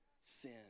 sin